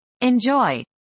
Enjoy